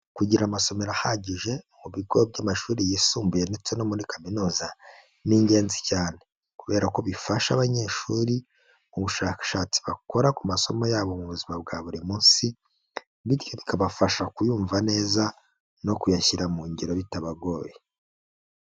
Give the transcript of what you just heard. Kugira amasomero ahagije mu bigo by'amashuri yisumbuye ndetse no muri kaminuza ni ingenzi cyane, kubera ko bifasha abanyeshuri mu bushakashatsi bakora ku masomo yabo mu buzima bwa buri munsi, bityo bikabafasha kuyumva neza no kuyashyira mu ngiro bitabagoye.